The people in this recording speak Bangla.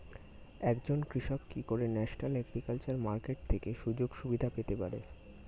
একজন কৃষক কি করে ন্যাশনাল এগ্রিকালচার মার্কেট থেকে সুযোগ সুবিধা পেতে পারে?